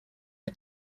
are